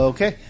Okay